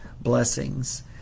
blessings